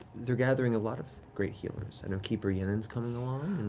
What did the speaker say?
they're gathering a lot of great healers. i know keeper yennen's coming along